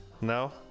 no